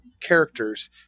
characters